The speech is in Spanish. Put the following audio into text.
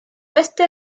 este